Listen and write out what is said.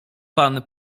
pan